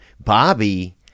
Bobby